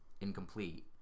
incomplete